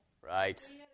right